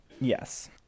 yes